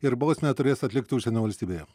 ir bausmę turės atlikti užsienio valstybėje